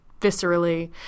viscerally